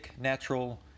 natural